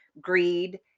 greed